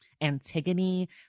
Antigone